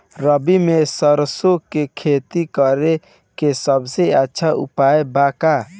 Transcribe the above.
रबी में सरसो के खेती करे के सबसे अच्छा उपाय का बा?